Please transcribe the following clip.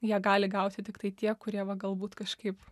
ją gali gauti tiktai tie kurie va galbūt kažkaip